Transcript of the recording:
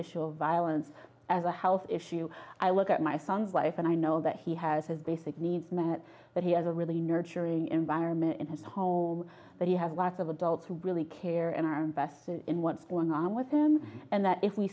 issue of violence as a health issue i look at my son's life and i know that he has his basic needs met but he has a really nurturing environment in his home that you have lots of adults who really care and are invested in what's going on with them and that if we